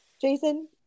Jason